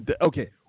Okay